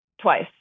Twice